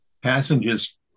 Passengers